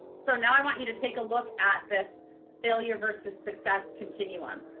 so now i want you to take a look at this failure versus success continuum.